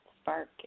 spark